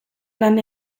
lan